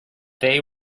they